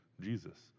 Jesus